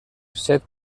set